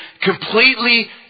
completely